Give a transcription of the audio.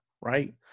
right